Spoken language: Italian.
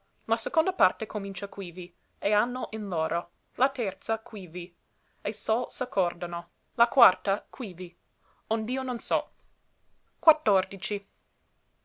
la seconda parte comincia quivi e hanno in loro la terza quivi e sol s'accordano la quarta quivi ond'io non so